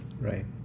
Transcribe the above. Right